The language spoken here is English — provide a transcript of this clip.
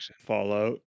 Fallout